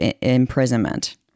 imprisonment